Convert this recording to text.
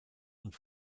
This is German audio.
und